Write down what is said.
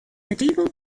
medieval